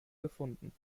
gefunden